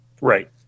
Right